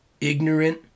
ignorant